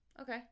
Okay